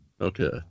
Okay